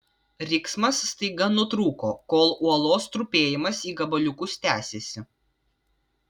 riksmas staiga nutrūko kol uolos trupėjimas į gabaliukus tęsėsi